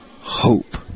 hope